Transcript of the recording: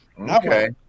okay